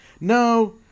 No